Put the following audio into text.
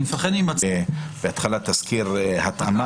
אני חושש ממצב שבו זריזות בהכנת התסקיר תגרום